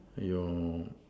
your